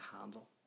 handle